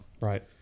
Right